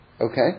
Okay